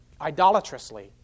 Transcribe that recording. idolatrously